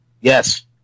Yes